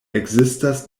ekzistas